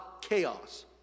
chaos